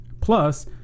Plus